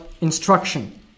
instruction